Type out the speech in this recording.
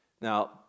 Now